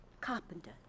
Carpenter